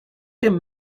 dem